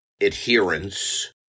adherence